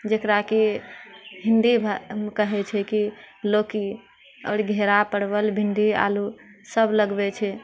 जकराकि हिन्दी कहैत छै कि लौकी आओर घेड़ा परवल भिण्डी आलूसभ लगबैत छै